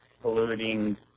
polluting